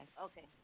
Okay